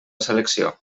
selecció